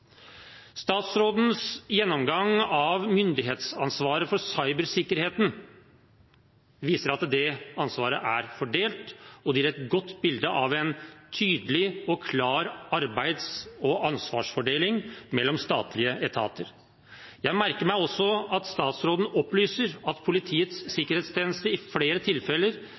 Statsrådens gjennomgang av myndighetsansvaret for cybersikkerheten viser hvordan ansvaret er fordelt, og det gir et godt bilde av en tydelig og klar arbeids- og ansvarsdeling mellom statlige etater. Jeg merker meg også at statsråden opplyser at Politiets